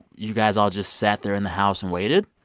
you guys all just sat there in the house and waited?